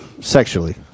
sexually